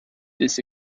this